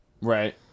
Right